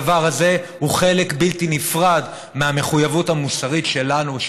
הדבר הזה הוא חלק בלתי נפרד מהמחויבות המוסרית שלנו,